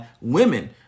women